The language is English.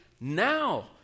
Now